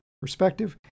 perspective